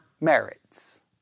merits